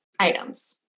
items